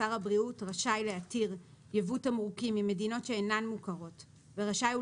שר הבריאות רשאי להתיר ייבוא תמרוקים ממדינות שאינן מוכרות ורשאי הוא